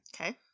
Okay